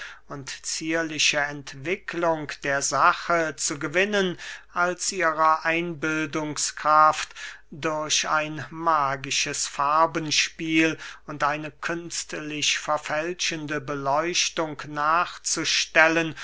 und zierliche entwicklung der sache zu gewinnen als ihrer einbildungskraft durch ein magisches farbenspiel und eine künstlich verfälschende beleuchtung nachzustellen